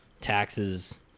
taxes